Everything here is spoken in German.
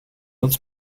uns